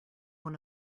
one